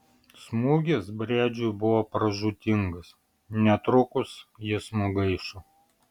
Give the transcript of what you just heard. smūgis briedžiui buvo pražūtingas netrukus jis nugaišo